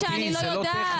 אמרתי שאני לא יודעת.